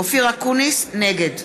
נגד